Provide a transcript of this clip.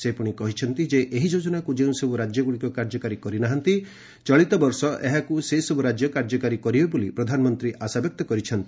ସେ ପୁଣି କହିଛନ୍ତି ଯେ ଏହି ଯୋଜନାକୁ ଯେଉଁସବୁ ରାଜ୍ୟଗୁଡ଼ିକ କାର୍ଯ୍ୟକାରୀ କରି ନାହାନ୍ତି ଚଳିତବର୍ଷ ଏହା କାର୍ଯ୍ୟକାରୀ ହେବ ବୋଲି ପ୍ରଧାନମନ୍ତ୍ରୀ ଆଶାବ୍ୟକ୍ତ କରିଛନ୍ତି